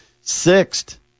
sixth